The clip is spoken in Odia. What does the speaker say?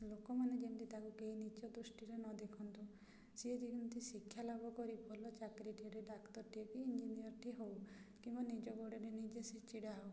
ଲୋକମାନେ ଯେମିତି ତାକୁ କେହି ନିଚ୍ଚ ଦୃଷ୍ଟିରେ ନ ଦେଖନ୍ତୁ ସିଏ ଯେମିତି ଶିକ୍ଷାଲାଭ କରି ଭଲ ଚାକିରୀଟିଏ ଡାକ୍ତରଟିଏ କି ଇଞ୍ଜିନିୟରଟିଏ ହେଉ କିମ୍ବା ନିଜ ଗୋଡ଼ରେ ନିଜେ ଛିଡ଼ା ହେଉ